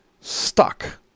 stuck